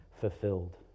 fulfilled